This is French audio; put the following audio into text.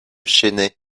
chennai